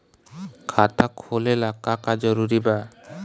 खाता खोले ला का का जरूरी बा?